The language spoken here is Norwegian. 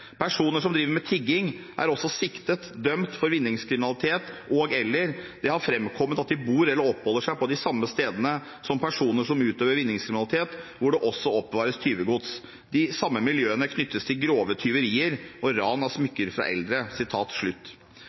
Personer som driver med tigging, er også siktet/dømt for vinningskriminalitet og/eller det har fremkommet at de bor eller oppholder seg på de samme stedene som personer som utøver vinningskriminalitet, og hvor det også oppbevares tyvgods. De samme miljøene knyttes til grove tyverier og ran av smykker fra eldre».